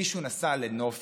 מישהו נסע לנופש,